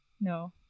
No